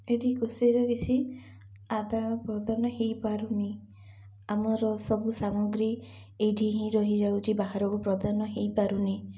ଏଠି କୃଷିର କିଛି ଆଦାନ ପ୍ରଦାନ ହୋଇପାରୁନି ଆମର ସବୁ ସାମଗ୍ରୀ ଏଇଠି ହିଁ ରହିଯାଉଛି ବାହାରକୁ ପ୍ରଦାନ ହୋଇପାରୁନି